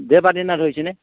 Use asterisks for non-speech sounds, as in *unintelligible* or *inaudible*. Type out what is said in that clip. *unintelligible*